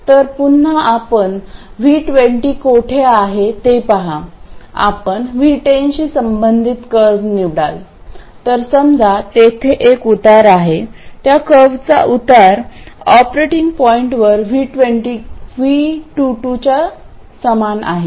तर पुन्हा आपण V20 कोठे आहे ते पहा आपण V10 शी संबंधित कर्व निवडाल तर समजा तेथे एक उतार आहे त्या कर्वचा उतार ऑपरेटिंग पॉईंटवर y22 च्या समान आहे